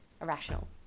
irrational